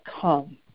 come